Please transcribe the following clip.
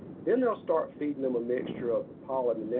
then they'll start feeding them a mixture of the pollen and nectar,